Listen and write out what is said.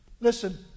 Listen